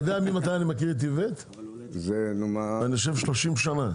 אני מכיר את איווט כבר 30 שנה.